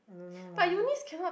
I don't know lah